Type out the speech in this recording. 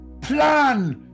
Plan